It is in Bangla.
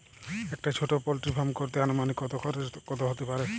একটা ছোটো পোল্ট্রি ফার্ম করতে আনুমানিক কত খরচ কত হতে পারে?